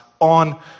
on